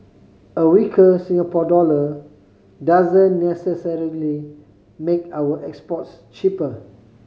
a weaker Singapore dollar doesn't necessarily make our exports cheaper